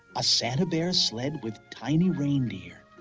a santa bear sled with tiny reindeer.